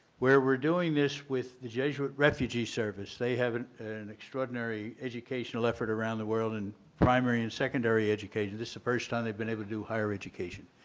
where we're doing this with the jesuit refugee service. they have an an extraordinary educational effort around the world in primary and secondary education, this is the first time they have been able to do higher education.